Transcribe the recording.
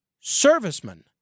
servicemen